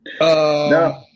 No